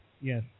Yes